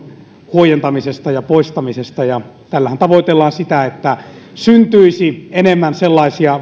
huojentamiseen ja poistamiseen tällähän tavoitellaan sitä että syntyisi enemmän sellaisia